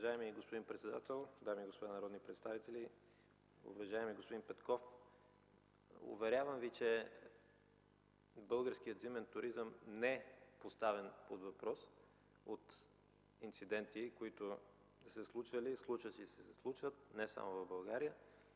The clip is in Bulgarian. Уважаеми господин председател, дами и господа народни представители! Уважаеми господин Петков, уверявам Ви, че българският зимен туризъм не е поставен под въпрос от инциденти, които са се случили, случват се и ще се случват не само в България,